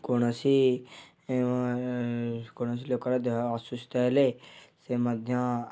କୌଣସି କୌଣସି ଲୋକର ଦେହ ଅସୁସ୍ଥ ହେଲେ ସେ ମଧ୍ୟ